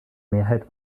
mehrheit